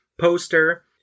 poster